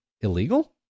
illegal